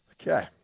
Okay